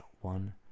One